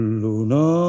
luna